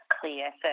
clear